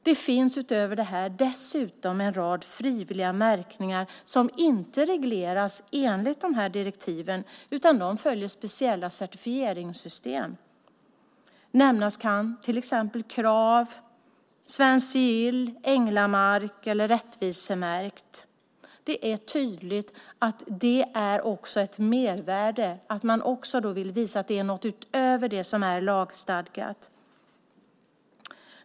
Dessutom finns en rad frivilliga märkningar som inte regleras enligt dessa direktiv utan följer speciella certifieringssystem. Nämnas kan Krav, Svenskt Sigill, Änglamark och Rättvisemärkt. Det är tydligt att det också är ett mervärde, att man vill visa att det är något utöver det som är lagstadgat.